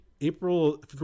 April